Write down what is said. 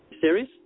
serious